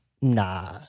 Nah